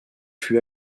fut